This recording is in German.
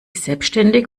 selbstständig